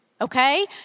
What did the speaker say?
okay